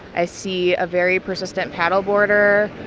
i see a very persistent paddle boarder.